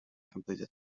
completed